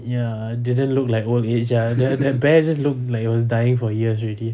ya didn't look like old age sia the the bear just look like it was dying for years already